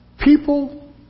People